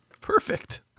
Perfect